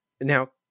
Now